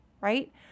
right